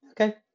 Okay